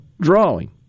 drawing